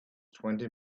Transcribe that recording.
twenty